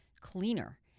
cleaner